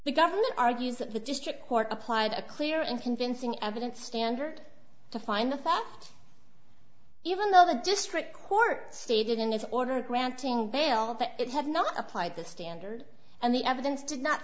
the government argues that the district court applied a clear and convincing evidence standard to find the facts even though the district court stated in its order granting bail that it had not applied the standard and the evidence did not